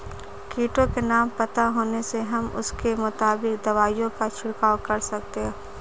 कीटों के नाम पता होने से हम उसके मुताबिक दवाई का छिड़काव कर सकते हैं